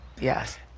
Yes